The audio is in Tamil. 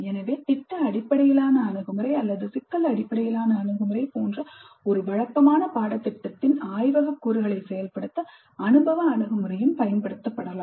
எனவே திட்ட அடிப்படையிலான அணுகுமுறை அல்லது சிக்கல் அடிப்படையிலான அணுகுமுறை போன்ற ஒரு வழக்கமான பாடத்திட்டத்தின் ஆய்வக கூறுகளை செயல்படுத்த அனுபவ அணுகுமுறையும் பயன்படுத்தப்படலாம்